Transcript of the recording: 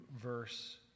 verse